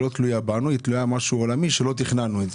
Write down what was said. תלויה בכם אלא היא תלויה במשהו עולמי שלא תכננתם אותו.